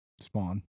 Spawn